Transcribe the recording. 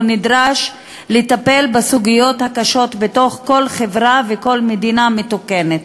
נדרש לטפל בסוגיות הקשות בכל חברה וכל מדינה מתוקנת.